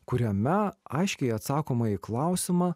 kuriame aiškiai atsakoma į klausimą